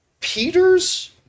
Peter's